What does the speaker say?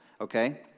okay